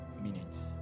minutes